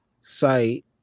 site